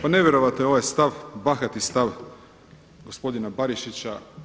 Pa nevjerojatan je ovaj stav bahati stav gospodina Barišića.